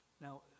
Now